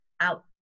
out